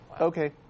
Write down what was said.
Okay